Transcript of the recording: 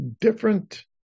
different